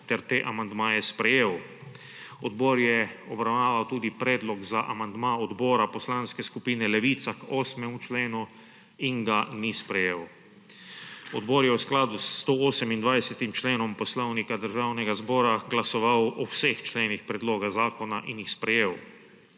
ter te amandmaje sprejel. Odbor je obravnaval tudi predlog za amandma odbora Poslanske skupine Levica k 8. členu in ga ni sprejel. Odbor je v skladu s 128. členom Poslovnika Državnega zbora glasoval o vseh členih predloga zakona in jih sprejel.